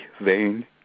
vain